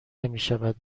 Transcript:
نمیشود